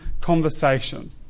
conversation